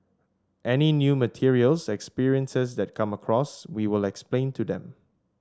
any new materials experiences that come across we will explain to them